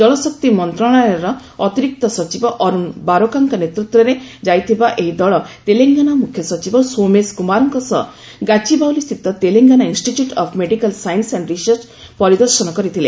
ଜଳଶକ୍ତି ମନ୍ତ୍ରଣାଳୟର ଅତିରିକ୍ତ ସଚିବ ଅରୁଣ ବାରୋକାଙ୍କ ନେତୃତ୍ୱରେ ଯାଇଥିବା ଏହି ଦଳ ତେଲଙ୍ଗାନା ମ୍ରଖ୍ୟସଚିବ ସୌମେଶ କ୍ରମାରଙ୍କ ସହ ଗାଚିବାଉଲିସ୍ଥିତ Telangana institute of medical science and research ପରିଦର୍ଶନ କରିଥିଲେ